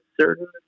certain